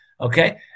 Okay